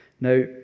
Now